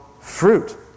fruit